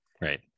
Right